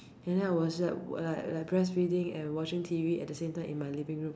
then I was at breastfeeding and watching T_V at the same time in my living room